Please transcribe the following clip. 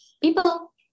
people